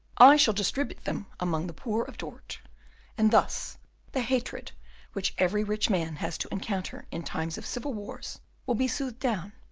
i shall distribute them among the poor of dort and thus the hatred which every rich man has to encounter in times of civil wars will be soothed down,